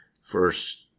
first